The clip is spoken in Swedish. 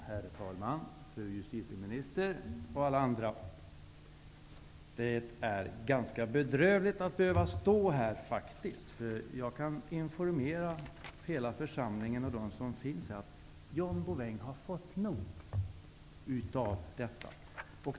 Herr talman, fru justitieminister och alla andra! Det är ganska bedrövligt att behöva stå här faktiskt, för jag kan informera hela församlingen om att John Bouvin har fått nog av detta.